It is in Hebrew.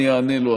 אני אענה לו,